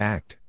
Act